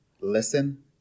listen